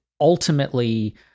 ultimately